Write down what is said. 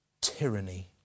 tyranny